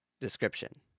description